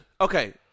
Okay